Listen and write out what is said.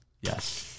Yes